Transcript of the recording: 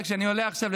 כשאני עולה עכשיו,